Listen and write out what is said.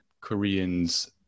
Koreans